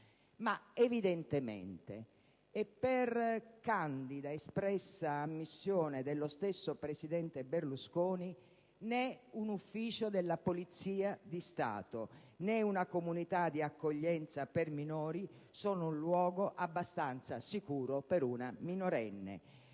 Evidentemente, e per candida ed espressa ammissione dello stesso presidente Berlusconi, né un ufficio della Polizia di Stato né una comunità di accoglienza per minori sono luogo abbastanza sicuro per una minorenne!